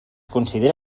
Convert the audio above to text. considera